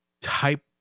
type